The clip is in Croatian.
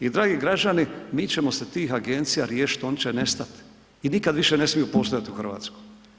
I dragi građani, mi ćemo se tih agencija riješit, oni će nestat i nikad više ne smiju postojat u RH.